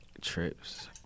trips